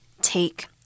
take